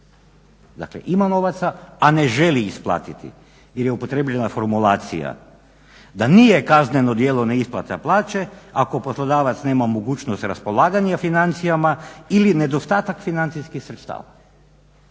Dakle ima novaca, a ne želi isplatiti, jer je upotrijebljena formulacija da nije kazneno djelo neisplata plaće ako poslodavac nema mogućnost raspolaganja financijama ili nedostatak financijskih sredstava.